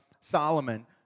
Solomon